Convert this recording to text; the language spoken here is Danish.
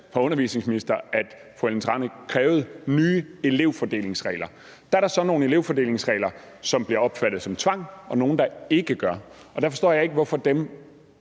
var undervisningsminister, at fru Ellen Trane Nørby krævede nye elevfordelingsregler. Der er så nogle elevfordelingsregler, som bliver opfattet som tvang, og nogle, der ikke gør. Og der forstår jeg ikke, hvorfor dem